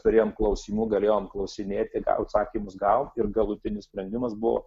turėjome klausimų galėjome klausinėti gal atsakymus gaut ir galutinis sprendimas buvo